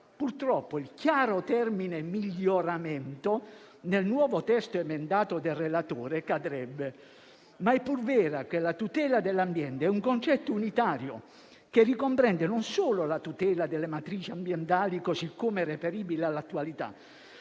Purtroppo, il chiaro termine «miglioramento», nel nuovo testo emendato del relatore, cadrebbe, ma è pur vero che la tutela dell'ambiente è un concetto unitario, che ricomprende non solo la tutela delle matrici ambientali così come reperibili all'attualità,